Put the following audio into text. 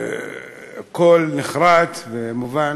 בקול נחרץ ומובן,